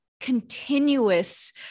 continuous